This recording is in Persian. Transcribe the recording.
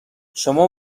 شما